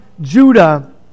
Judah